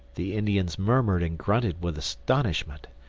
the indians murmured and grunted with astonishment.